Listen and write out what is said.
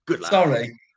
Sorry